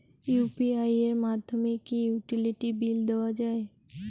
UPI এর মাধ্যমে কি ইউটিলিটি বিল দেওয়া যায়?